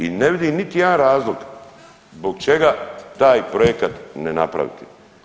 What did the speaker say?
I ne vidim niti jedan razlog zbog čega taj projekat ne napraviti.